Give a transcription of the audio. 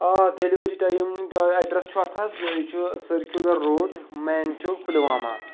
آ delivery time address چھُ اَتھ حظ یہِ چھُ circular road main Chowk Pulwama